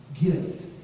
gift